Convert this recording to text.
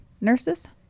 nurses